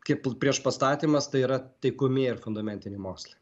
kaip priešpastatymas tai yra taikomieji ir fundamentiniai mokslai